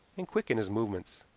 and quick in his movements.